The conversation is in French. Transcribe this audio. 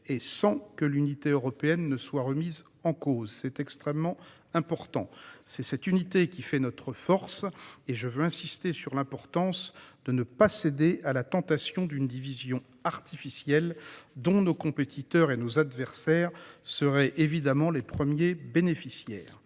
et sans que l'unité européenne soit remise en cause, ce qui est extrêmement important. Cette unité fait notre force, et j'insiste sur l'importance de ne pas céder à la tentation d'une division artificielle, dont nos compétiteurs et nos adversaires seraient évidemment les premiers bénéficiaires.